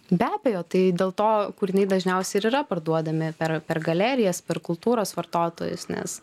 be abejo tai dėl to kūriniai dažniausiai ir yra parduodami per per galerijas per kultūros vartotojus nes